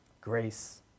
Grace